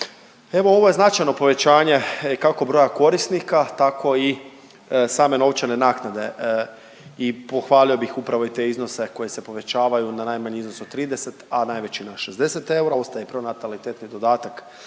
Evo ovo je značajno povećanje kako broja korisnika, tako i same novčane naknade i pohvalio bih upravo i te iznose koji se povećavaju na najmanji iznos od 30, a najveći na 60 eura. Ostaje pronatalitetni dodatak